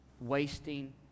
wasting